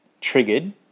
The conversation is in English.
triggered